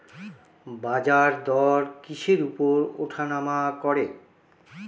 বাজারদর কিসের উপর উঠানামা করে?